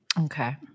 okay